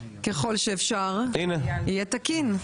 ככל שאפשר, יהיה תקין.